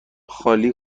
خالی